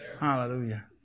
Hallelujah